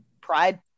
pride